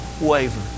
waver